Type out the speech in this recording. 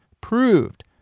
proved